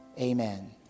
Amen